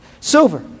silver